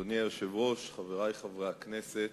אדוני היושב-ראש, חברי חברי הכנסת,